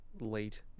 late